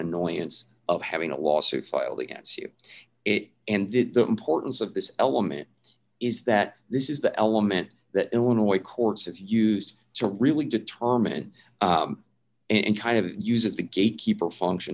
annoyance of having a lawsuit filed against you it and did the importance of this element is that this is the element that illinois courts have used to really determine and kind of uses the gatekeeper function